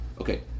Okay